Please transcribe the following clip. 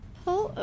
pull